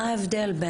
מה ההבדל?